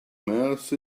mouse